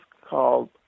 called